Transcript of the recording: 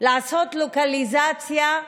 בלעשות לוקליזציה,